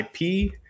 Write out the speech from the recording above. IP